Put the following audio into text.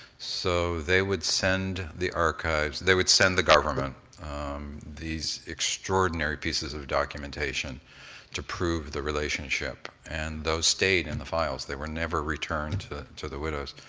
so they would send the archives, they would send the government these extraordinary pieces of documentation to prove the relationship, and those stayed in and the files. they were never returned to the widows.